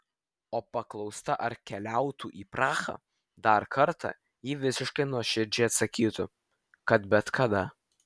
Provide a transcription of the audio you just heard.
o paklausta ar keliautų į prahą dar kartą ji visiškai nuoširdžiai atsakytų kad bet kada